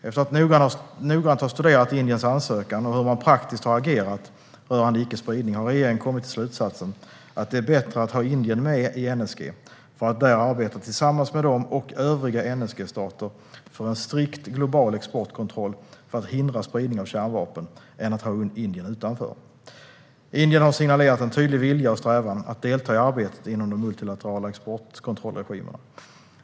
Efter att noggrant ha studerat Indiens ansökan och hur man praktiskt har agerat rörande icke-spridning har regeringen kommit till slutsatsen att det är bättre att ha Indien med i NSG, för att där arbeta tillsammans med dem och övriga NSG-stater för en strikt global exportkontroll för att hindra spridning av kärnvapen, än att ha Indien utanför. Indien har signalerat en tydlig vilja och strävan att delta i arbetet inom de multilaterala exportkontrollregimerna.